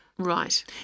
Right